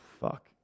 fuck